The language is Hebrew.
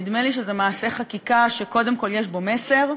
נדמה לי שזה מעשה חקיקה שקודם כול יש בו מסר.